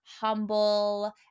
humble